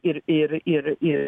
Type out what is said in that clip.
ir ir ir ir